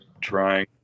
trying